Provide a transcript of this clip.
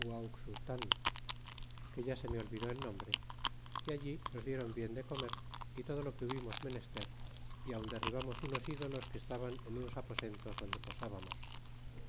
que ya se me olvidó el nombre y allí nos dieron bien de comer y todo lo que hubimos menester y aun derribamos unos ídolos que estaban en unos aposentos donde posábamos